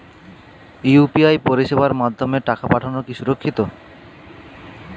UPI পরিষেবার মাধ্যমে টাকা পাঠানো কি সুরক্ষিত?